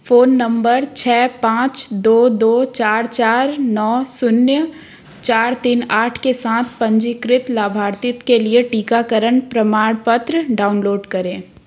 phone number छः पाँच दो दो चार चार नौ शून्य चार तीन आठ के साथ पंजीकृत लाभार्थी के लिए टीकाकरण प्रमाणपत्र डाउनलोड करें